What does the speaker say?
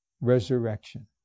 resurrection